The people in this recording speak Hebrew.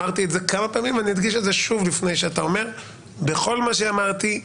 ואני אדגיש שוב שבכל מה שאמרתי,